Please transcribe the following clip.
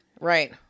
right